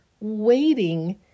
waiting